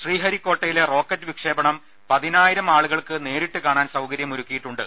ശ്രീഹരിക്കോട്ടയിലെ rocket വിക്ഷേപണം പതിനായിരമാളുകൾ നേരിട്ടുകാണാൻ സൌകര്യം ഒരുക്കിയിട്ടുണ്ട്